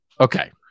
Okay